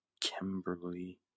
Kimberly